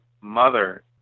Mother